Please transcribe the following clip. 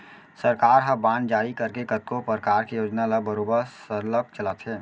सरकार ह बांड जारी करके कतको परकार के योजना ल बरोबर सरलग चलाथे